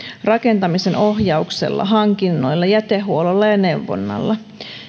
rakentamisen ohjauksella hankinnoilla jätehuollolla ja neuvonnalla